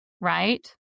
right